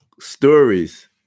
stories